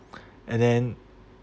and then